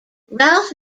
ralph